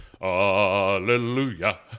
Hallelujah